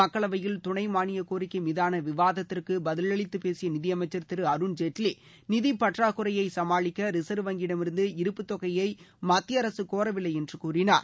மக்களவையில் துணை மானிய கோரிக்கை மீதான விவாதத்திற்கு பதிலளித்து பேசிய நிதியமைச்சர் திரு அருண்ஜேட்லி நிதிப்பற்றாக்குறையை சமாளிக்க ரிசர்வ் வங்கியிடமிருந்து இருப்புத் தொகையை மத்திய அரசு கோரவில்லை என்று கூறினார்